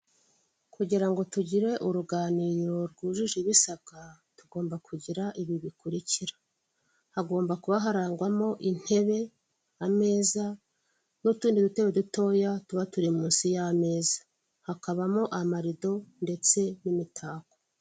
Abantu benshi ubona bicaye ahantu hamwe batuje, barakeye babiri muri bo barahagaze, umwe kandi afite igikoresho cyifashishwa mu kurangurura amajwi kugira ngo agere kubamukurikiye.